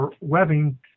webbing